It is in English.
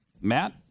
Matt